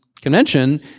convention